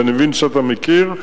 ואני מבין שאתה מכיר,